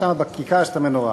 שם בכיכר ישנה המנורה,